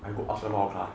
I go after all class